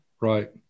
Right